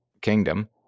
kingdom